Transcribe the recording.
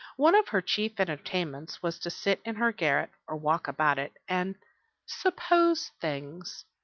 one of her chief entertainments was to sit in her garret, or walk about it, and suppose things.